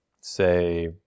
say